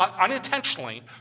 unintentionally